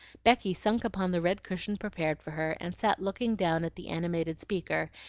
becky sunk upon the red cushion prepared for her, and sat looking down at the animated speaker,